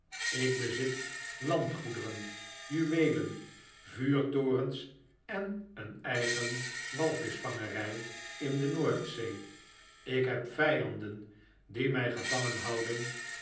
ik bezit landgoederen juweelen vuurtofens en een eigen walvischyangerij in de nbordzee ik heb vijanden die mij gevangen houden